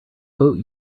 boat